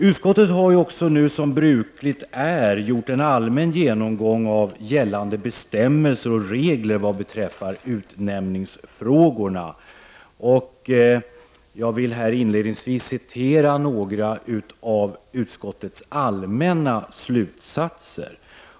Utskottet har också som brukligt är gjort en allmän genomgång av gällande bestämmelser och regler vad beträffar utnämningsfrågorna. Jag skall här citera några av utskottets allmänna slutsatser.